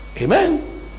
Amen